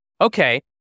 Okay